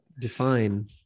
define